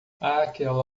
àquela